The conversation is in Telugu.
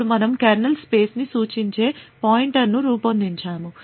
ఇప్పుడు మనం కెర్నల్ స్పేస్ని సూచించే పాయింటర్ను రూపొందించాము